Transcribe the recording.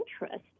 interest